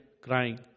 crying